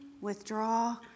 withdraw